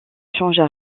changea